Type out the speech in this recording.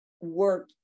work